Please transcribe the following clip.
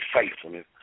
faithfulness